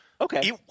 okay